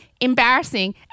embarrassing